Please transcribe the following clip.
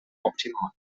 optimal